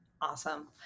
Awesome